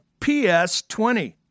PS20